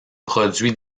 produit